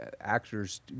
actors